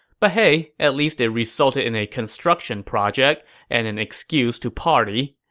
but hey, at least it resulted in a construction project and an excuse to party.